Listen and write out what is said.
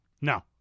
No